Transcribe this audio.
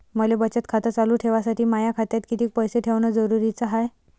मले बचत खातं चालू ठेवासाठी माया खात्यात कितीक पैसे ठेवण जरुरीच हाय?